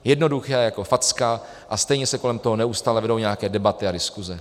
Jednoduché jako facka, a stejně se kolem toho neustále vedou nějaké debaty a diskuse.